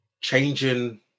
changing